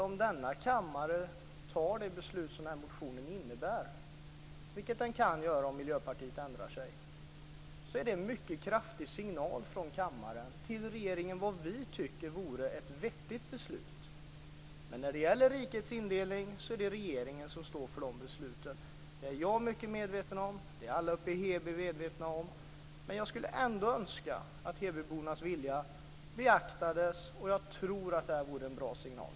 Om denna kammare fattar det beslut som motionen innebär, vilket den kan göra om Miljöpartiet ändrar sig, vore det en mycket kraftig signal från kammaren till regeringen om vad vi tycker vore ett vettigt beslut. När det gäller rikets indelning är det regeringen som fattar beslut. Det är jag och alla i Heby mycket medvetna om. Men jag skulle ändå önska att hebybornas vilja beaktades. Jag tror att detta vore en bra signal.